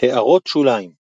הערות שוליים ==